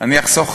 אני אחסוך